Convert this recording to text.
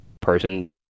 person